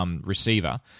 receiver